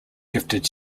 gifted